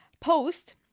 post